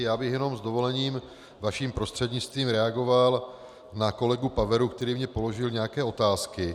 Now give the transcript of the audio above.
Já bych jenom s dovolením vaším prostřednictvím reagoval na kolegu Paveru, který mně položil nějaké otázky.